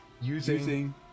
using